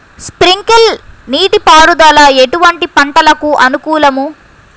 Sprinkler నీటిపారుదల ఎటువంటి పంటలకు అనుకూలము?